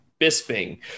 Bisping